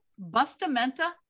Bustamenta